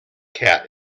cat